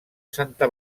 santa